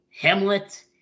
Hamlet